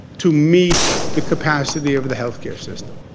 to meet the capacity of the health care system,